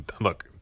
look